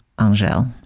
Angel